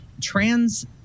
trans